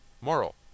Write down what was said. Moral